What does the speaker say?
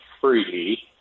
free